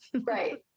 Right